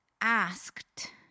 asked